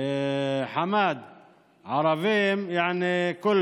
(אומר בערבית: חמד,